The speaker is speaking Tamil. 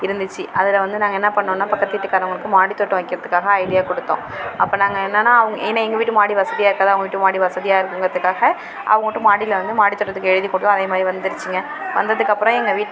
இருந்துச்சு அதில் வந்து நாங்கள் என்ன பண்ணோன்னால் பக்கத்து வீட்டு காரங்களுக்கு மாடித்தோட்டம் வக்கிறதுக்காக ஐடியா கொடுத்தோம் அப்போ நாங்கள் என்னனால் அவங்க ஏன்னா எங்கள் வீட்டு மாடி வசதியாகருக்காது அவங்க வீட்டு மாடி வசதியாகருக்குங்குறதுக்காக அவங்க விட்டு மாடியில் வந்து மாடித்தோட்டத்துக்கு எழுதி கொடுத்தோம் அதேமாதிரி வந்துருச்சிங்க வந்ததுக்கப்பறம் எங்கள் வீட்